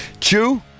Chew